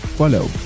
follow